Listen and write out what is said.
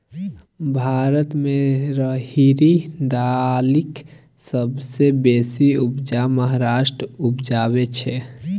भारत मे राहरि दालिक सबसँ बेसी उपजा महाराष्ट्र उपजाबै छै